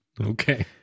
Okay